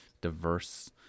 diverse